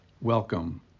Welcome